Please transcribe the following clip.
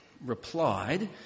replied